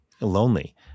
lonely